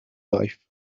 life